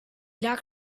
lag